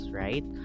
right